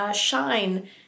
shine